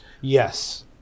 Yes